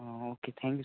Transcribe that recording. okay thanks